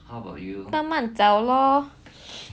慢慢找 lor